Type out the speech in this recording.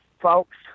folks